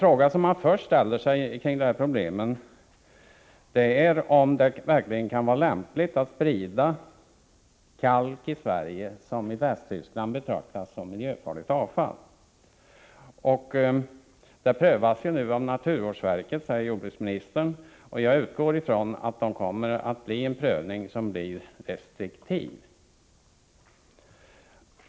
Frågan man först ställer sig när det gäller de här problemen är om det verkligen kan vara lämpligt att i Sverige sprida kalk som i Västtyskland betraktas som miljöfarligt avfall. Saken prövas nu av naturvårdsverket, säger jordbruksministern. Jag utgår ifrån att det blir en restriktiv prövning.